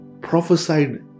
prophesied